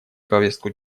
повестку